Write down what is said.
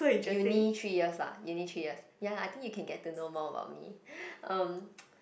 uni three years lah uni three years ya I think you can get to know more about me um